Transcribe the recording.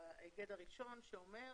ההיגד הראשון שאומר